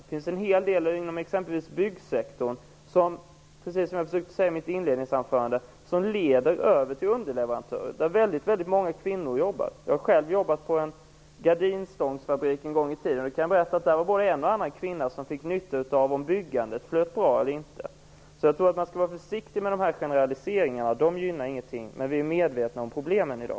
Det finns en hel del inom byggsektorn som, precis som jag försökte säga i mitt inledningsanförande, leder över till underleverantörer där väldigt många kvinnor jobbar. Jag har själv jobbat på en gardinstångsfabrik en gång i tiden. Jag kan berätta att där var både en och annan kvinna som fick nytta av att byggandet flöt bra. Jag tror att man skall vara försiktig med generaliseringarna. De gynnar ingenting. Men vi är medvetna om problemen i dag.